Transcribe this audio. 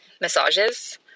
massages